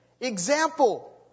example